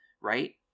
right